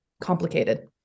complicated